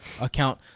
Account